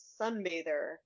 sunbather